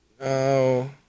No